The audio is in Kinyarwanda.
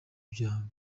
vya